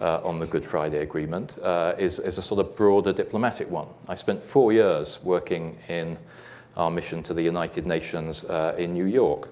on the good friday agreement is is a sort of broader diplomatic one. i spent four years working in our mission to the united nations in new york,